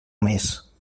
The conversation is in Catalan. més